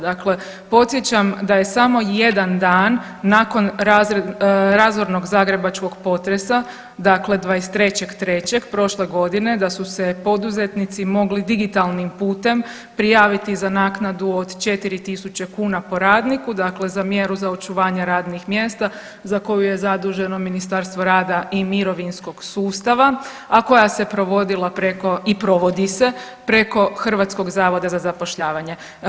Dakle, podsjećam da je samo jedan dan nakon razornog zagrebačkog potresa dakle 23. 03. prošle godine da su se poduzetnici mogli digitalnim putem prijaviti za naknadu od 4 tisuće kuna po radniku dakle za mjeru za očuvanje radnih mjesta za koju je zaduženo Ministarstvo rada i mirovinskog sustava, a koja se provodila preko i provodi se preko Hrvatskog zavoda za zapošljavanje.